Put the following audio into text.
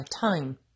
time